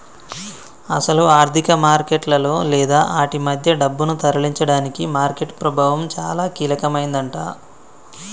అసలు ఆర్థిక మార్కెట్లలో లేదా ఆటి మధ్య డబ్బును తరలించడానికి మార్కెట్ ప్రభావం చాలా కీలకమైందట